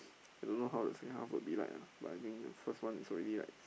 I don't know how the second half will be like ah but I think the first one is already like